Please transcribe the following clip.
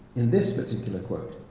in this particular quote,